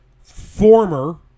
Former